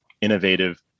innovative